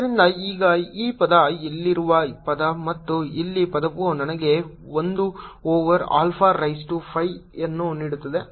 ಆದ್ದರಿಂದ ಈಗ ಈ ಪದ ಇಲ್ಲಿರುವ ಪದ ಮತ್ತು ಇಲ್ಲಿ ಪದವು ನನಗೆ ಒಂದು ಓವರ್ ಆಲ್ಫಾ ರೈಸ್ ಟು 5 ಅನ್ನು ನೀಡುತ್ತದೆ